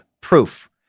proof